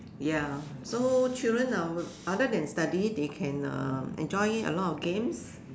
ya so children are other than study they can um enjoy a lot of games